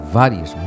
várias